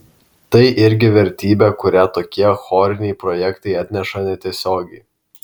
tai irgi vertybė kurią tokie choriniai projektai atneša netiesiogiai